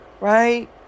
right